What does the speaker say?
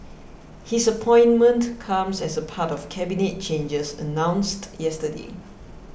his appointment comes as part of Cabinet changes announced yesterday